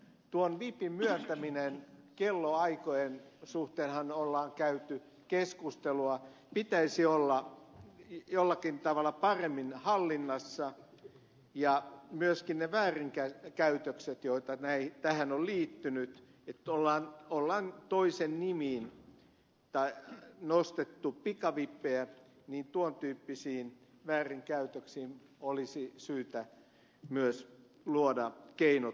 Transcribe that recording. tuon vipin myöntämisestä kellonaikojen suhteenhan on käyty keskustelua sen pitäisi olla jollakin tavalla paremmin hallinnassa ja myöskin tuon tyyppisiin väärinkäytöksiin joita tähän on liittynyt että ollaan toisen nimiin nostettu pikavippejä olisi syytä myös luoda keinot puuttua